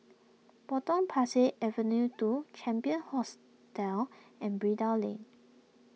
Potong Pasir Avenue two Champion hostel and Lane